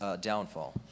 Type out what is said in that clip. downfall